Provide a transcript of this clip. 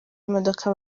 imodoka